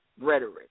rhetoric